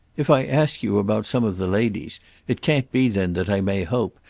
if i ask you about some of the ladies it can't be then that i may hope,